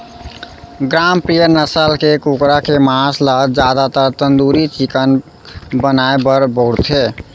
ग्रामप्रिया नसल के कुकरा के मांस ल जादातर तंदूरी चिकन बनाए बर बउरथे